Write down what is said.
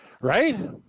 right